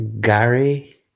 gary